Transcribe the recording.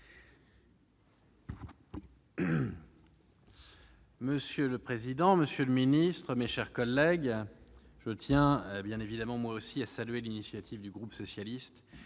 Monsieur le président, monsieur le secrétaire d'État, mes chers collègues, je tiens évidemment moi aussi à saluer l'initiative du groupe socialiste,